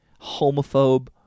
homophobe